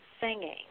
singing